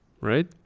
right